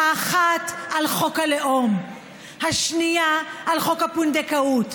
האחת על חוק הלאום, השנייה על חוק הפונדקאות,